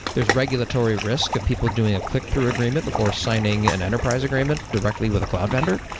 there's regulatory risk of people doing a click through agreement before signing an enterprise agreement directly with a cloud vendor.